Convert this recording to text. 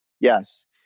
yes